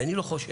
ואני לא חושש.